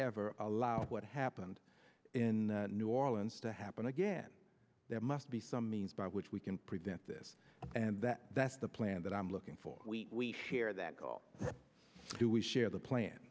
ever allow what happened in new orleans to happen again there must be some means by which we can prevent this and that that's the plan that i'm looking for we share that goal do we share the plan